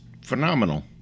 phenomenal